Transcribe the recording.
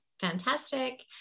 Fantastic